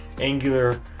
Angular